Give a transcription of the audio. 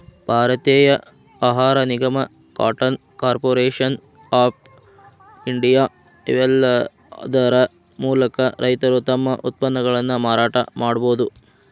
ಭಾರತೇಯ ಆಹಾರ ನಿಗಮ, ಕಾಟನ್ ಕಾರ್ಪೊರೇಷನ್ ಆಫ್ ಇಂಡಿಯಾ, ಇವೇಲ್ಲಾದರ ಮೂಲಕ ರೈತರು ತಮ್ಮ ಉತ್ಪನ್ನಗಳನ್ನ ಮಾರಾಟ ಮಾಡಬೋದು